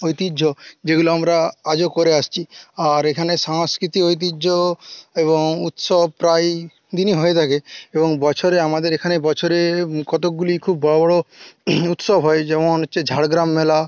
ঐতিহ্য যেগুলো আমরা আজও করে আসছি আর এখানে সাংস্কৃতিক ঐতিহ্য এবং উৎসব প্রায় দিনই হয়ে থাকে এবং বছরে আমাদের এখানে বছরে কতকগুলি খুব বড়ো বড়ো উৎসব হয় যেমন হচ্ছে ঝাড়গ্রাম মেলা